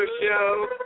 Show